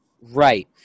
Right